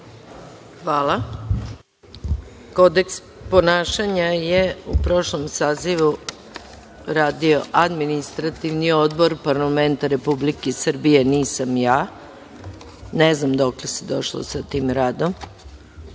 Hvala. Kodeks ponašanja je u prošlom sazivu radio Administrativni odbor Parlamenta Republike Srbije, nisam ja. Ne znam dokle se došlo sa tim radom.